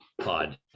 pod